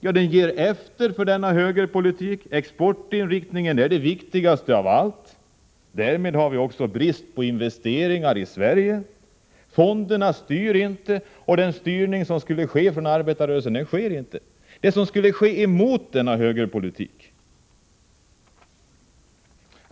Jo, den ger efter för denna högerpolitik — exportinriktningen sägs vara det viktigaste av allt. Därmed har man också brist på investeringar i Sverige. Fonderna styr inte, och den styrning som skulle ske från arbetarrörelsen mot denna högerpolitik, den sker inte.